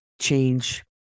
change